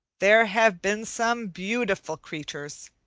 there have been some beautiful creatures.